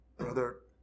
Brother